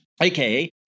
AKA